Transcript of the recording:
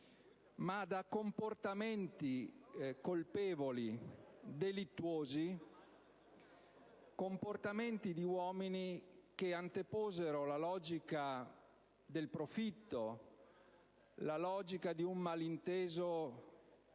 ma da comportamenti colpevoli e delittuosi, comportamenti di uomini che anteposero la logica del profitto e di un malinteso